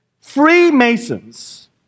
Freemasons